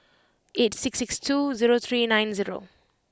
eight six six two zero three nine zero